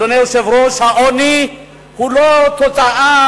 אדוני היושב-ראש, העוני הוא לא תוצאה